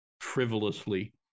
frivolously